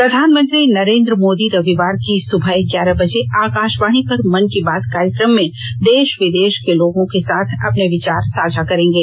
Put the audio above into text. मन की बात प्रधानमंत्री नरेन्द्र मोदी रविवार की सुबह ग्यारह बजे आकाशवाणी पर मन की बात कार्यक्रम में देश विदेश के लोगों के साथ अपने विचार साझा करेंगे